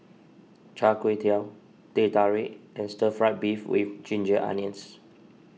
Char Kway Teow Teh Tarik and Stir Fried Beef with Ginger Onions